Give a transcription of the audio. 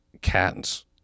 cats